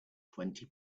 twenty